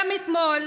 אתמול